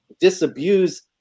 disabuse